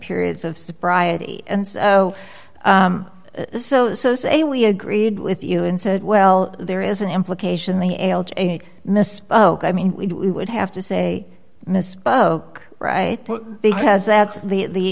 period of sobriety and so so so say we agreed with you and said well there is an implication the misspoke i mean we would have to say misspoke right because that's the